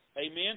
Amen